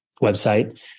website